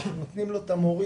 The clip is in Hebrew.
אנחנו נותנים לו את המורים